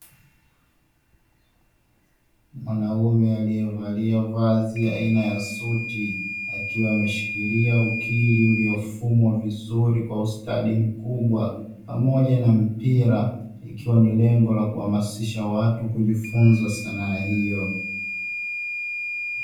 Mwanaume aliyevalia vazi aina ya suti akiwa ameshikilia ukili iliyofungwa vizuri kwa ustadi mkubwa pamoja na mpira, ikiwa ni lengo la kuhamasisha watu kujifunza Sana hiyo.